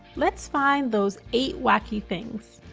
let's find those eight wacky things.